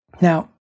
Now